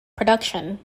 production